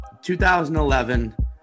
2011